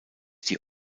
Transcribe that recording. die